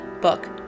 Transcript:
book